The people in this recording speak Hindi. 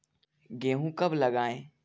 गेहूँ कब लगाएँ?